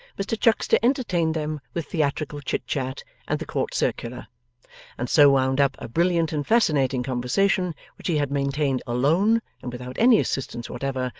mr chuckster entertained them with theatrical chit-chat and the court circular and so wound up a brilliant and fascinating conversation which he had maintained alone, and without any assistance whatever,